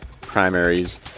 primaries